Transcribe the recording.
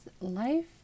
life